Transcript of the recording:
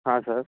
ಹಾಂ ಸರ್